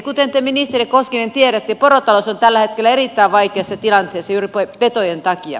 kuten te ministeri koskinen tiedätte porotalous on tällä hetkellä erittäin vaikeassa tilanteessa juuri petojen takia